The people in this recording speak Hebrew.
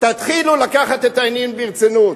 תתחילו לקחת את העניין ברצינות.